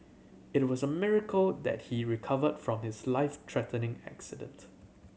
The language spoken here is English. it was a miracle that he recovered from his life threatening accident